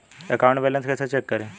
Account balance कैसे check करें?